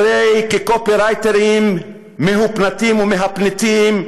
כקופירייטרים מהופנטים ומהפנטים,